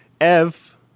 Ev